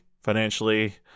financially